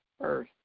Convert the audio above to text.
earth